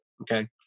Okay